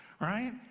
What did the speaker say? Right